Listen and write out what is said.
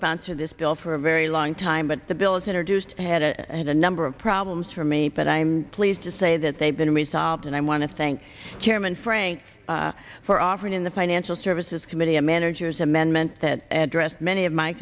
sponsor this bill for a very long time but the bills introduced had a had a number of problems for me but i'm pleased to say that they've been resolved and i want to thank chairman frank for offering in the financial services committee a manager's amendment that address many of my